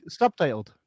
subtitled